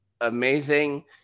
amazing